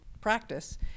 practice